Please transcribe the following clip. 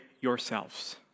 yourselves